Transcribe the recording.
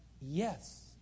Yes